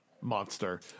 monster